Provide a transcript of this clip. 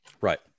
Right